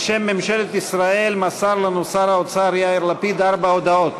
בשם ממשלת ישראל מסר לנו שר האוצר יאיר לפיד ארבע הודעות.